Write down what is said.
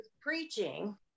preaching